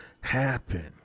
happen